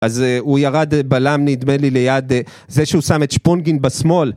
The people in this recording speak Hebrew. אז הוא ירד בלם נדמה לי ליד זה שהוא שם את שפונגין בשמאל